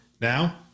Now